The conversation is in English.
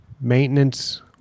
Maintenance